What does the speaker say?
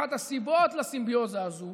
אחת הסיבות לסימביוזה הזאת